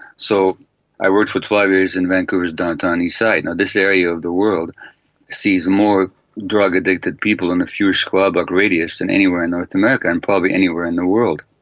so i worked for twelve years in vancouver's downtown eastside. and this area of the world sees more drug addicted people in a huge twelve block radius than anywhere in north america and probably anywhere in the world.